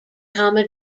tama